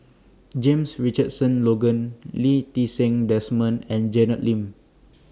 James Richardson Logan Lee Ti Seng Desmond and Janet Lim